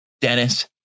Dennis